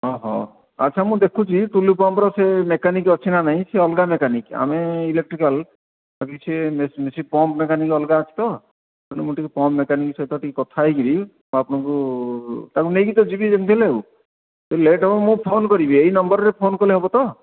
ଆଚ୍ଛା ମୁଁ ଦେଖୁଛି ଟୁଲୁ ପମ୍ପ୍ର ସେ ମେକାନିକ୍ ଅଛି ନା ନାହିଁ ଆମେ ଅଲଗା ମେକାନିକ୍ ଆମେ ଇଲେକ୍ଟ୍ରିକାଲ୍ କିଛି ପମ୍ପ୍ ମେକାନିକ୍ ଅଲଗା ଅଛି ତ ତେଣୁ ମୁଁ ଟିକିଏ ପମ୍ପ୍ ମେକାନିକ୍ ସହିତ ଟିକିଏ କଥା ହୋଇକରି ମୁଁ ଆପଣଙ୍କୁ ତାକୁ ନେଇକି ତ ଯିବି ଯେମତି ହେଲେ ଆଉ ଟିକିଏ ଲେଟ୍ ହେବ ମୁଁ ଫୋନ୍ କରିବି ଏହି ନମ୍ବର୍ରେ ଫୋନ୍ କଲେ ହେବ ତ